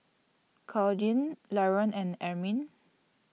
Claudine Laron and Amin